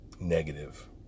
negative